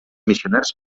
missioners